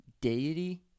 deity